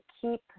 keep